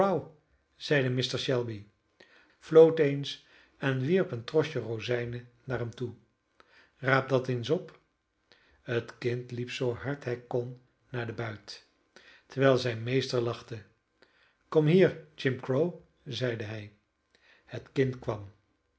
zeide mr shelby floot eens en wierp een trosje rozijnen naar hem toe raap dat eens op het kind liep zoo hard hij kon naar den buit terwijl zijn meester lachte kom hier jim crow zeide hij het kind kwam